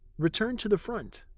return to the front.